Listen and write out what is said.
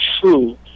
true